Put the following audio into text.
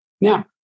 Now